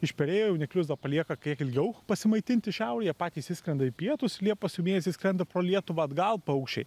išperėję jauniklius dar palieka kiek ilgiau pasimaitinti šiaurėj jie patys išskrenda į pietus liepos mėnesį skrenda pro lietuvą atgal paukščiai